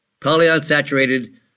Polyunsaturated